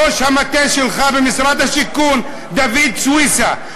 ראש המטה שלך במשרד הבינוי והשיכון דוד סויסה,